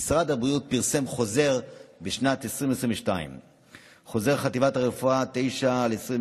משרד הבריאות פרסם בשנת 2022 את חוזר חטיבת הרפואה 9/2022,